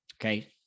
okay